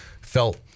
felt